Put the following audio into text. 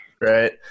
right